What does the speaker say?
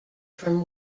from